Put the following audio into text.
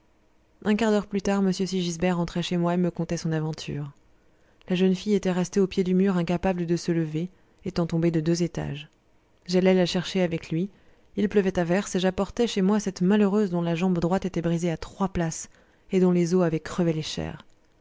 un quart d'heure plus tard m sigisbert entrait chez moi et me contait son aventure la jeune fille était restée au pied du mur incapable de se lever étant tombée de deux étages j'allai la chercher avec lui il pleuvait à verse et j'apportai chez moi cette malheureuse dont la jambe droite était brisée à trois places et dont les os avaient crevé les chairs